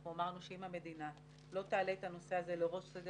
אנחנו אמרנו שאם המדינה לא תעלה את הנושא הזה לראש סדר